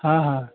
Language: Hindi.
हाँ हाँ